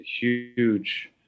huge